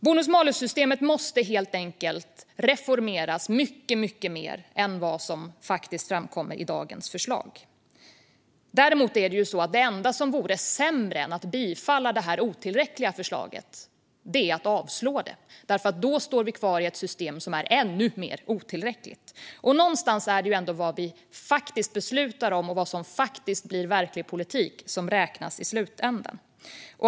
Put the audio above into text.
Bonus malus-systemet måste helt enkelt reformeras mycket mer än vad som faktiskt framkommer i dagens förslag. Dock är det enda som vore sämre än att bifalla detta otillräckliga förslag att avslå det, för då står vi kvar med ett system som är ännu mer otillräckligt. Någonstans är det ändå vad vi faktiskt beslutar om och vad som faktiskt blir verklig politik som räknas i slutänden.